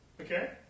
Okay